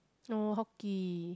oh hockey